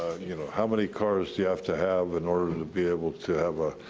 you know? how many cars do you have to have in order to be able to have a,